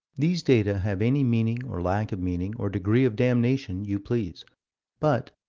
these data have any meaning or lack of meaning or degree of damnation you please but,